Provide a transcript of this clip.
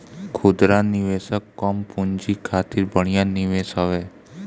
खुदरा निवेशक कम पूंजी खातिर बढ़िया निवेश हवे